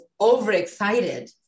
overexcited